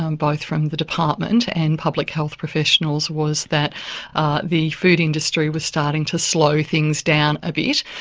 um both from the department and public health professionals, was that the food industry was starting to slow things down a bit.